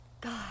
god